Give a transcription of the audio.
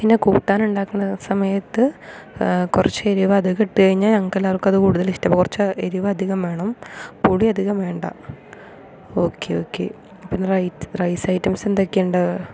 പിന്നെ കൂട്ടാൻ ഉണ്ടാക്കുന്ന സമയത്ത് കുറച്ചെരിവ് അധികം ഇട്ട് കഴിഞ്ഞ ഞങ്ങൾക്കെല്ലാവർക്കും അത് കൂടുതലിഷ്ടമാകും അപ്പോൾ കുറച്ച് എരിവ് അധികം വേണം പുളി അധികം വേണ്ട ഓക്കെ ഓക്കെ പിന്നെ റൈറ്റ് റൈസ് ഐറ്റംസ് എന്തൊക്കെയുണ്ട്